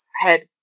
head